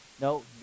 No